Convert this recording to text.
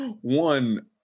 one